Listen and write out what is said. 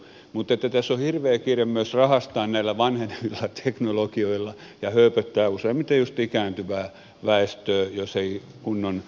mutta tässä on hirveä kiire myös rahastaa näillä vanhenevilla teknologioilla ja hööpöttää useimmiten just ikääntyvää väestöä jos ei kunnon neuvontaa ole